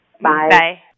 Bye